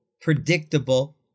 predictable